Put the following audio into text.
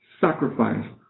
sacrifice